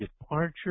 departure